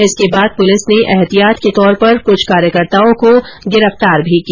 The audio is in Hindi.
इसके बाद पुलिस ने एहतियात के तौर पर कुछ कार्यकर्ताओं को गिरफ्तार भी किया